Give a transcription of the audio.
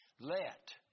Let